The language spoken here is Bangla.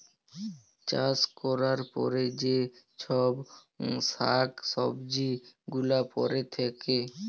চাষ ক্যরার পরে যে চ্ছব শাক সবজি গুলা পরে থাক্যে